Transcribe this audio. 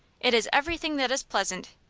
it is everything that is pleasant.